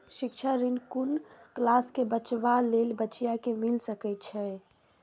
शिक्षा ऋण कुन क्लास कै बचवा या बचिया कै मिल सके यै?